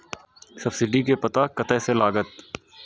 Subsidy के पता कतय से लागत?